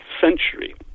century